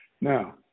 Now